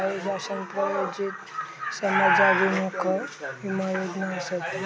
काही शासन प्रायोजित समाजाभिमुख विमा योजना आसत